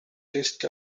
list